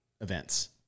events